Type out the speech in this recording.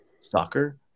soccer